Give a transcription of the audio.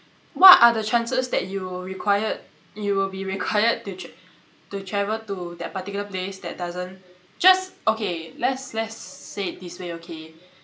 what are the chances that you will require you will be required to tr~ to travel to that particular place that doesn't just okay let's let's say it this way okay